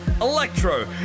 electro